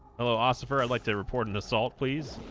hello ossifer i'd like to report an assault please